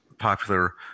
popular